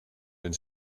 den